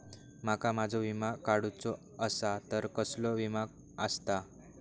माका माझो विमा काडुचो असा तर कसलो विमा आस्ता?